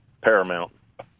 paramount